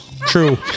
True